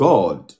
God